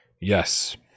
yes